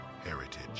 heritage